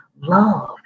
love